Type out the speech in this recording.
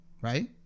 right